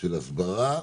של הסברה,